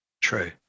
true